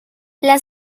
las